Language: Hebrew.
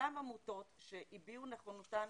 אותן עמותות שהביעו נכונותן